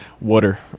Water